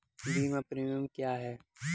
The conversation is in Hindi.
बीमा प्रीमियम क्या है?